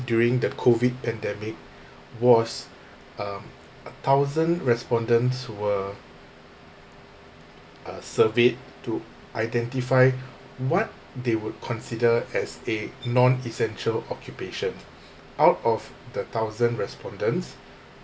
during the COVID pandemic was um a thousand respondents were uh surveyed to identify what they would consider as a non-essential occupation out of the thousand respondents